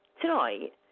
tonight